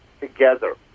together